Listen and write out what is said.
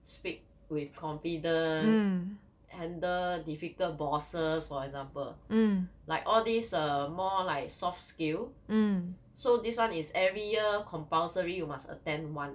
speak with confidence handle difficult bosses for example like all these uh more like soft skill so this one is every year compulsory you must attend [one]